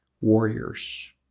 warriors